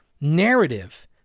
narrative